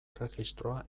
erregistroa